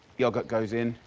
yoghurt goes in.